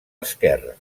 esquerra